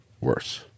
worse